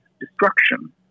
destruction